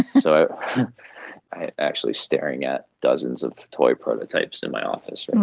so i'm actually staring at dozens of toy prototypes in my office right